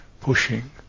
pushing